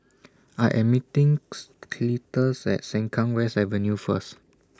I Am meeting Cletus At Sengkang West Avenue First